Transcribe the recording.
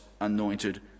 anointed